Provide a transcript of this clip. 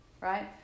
right